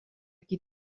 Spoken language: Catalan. qui